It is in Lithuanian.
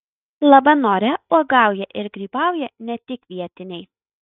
labanore uogauja ir grybauja ne tik vietiniai